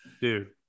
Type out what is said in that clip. dude